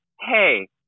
Hey